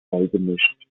beigemischt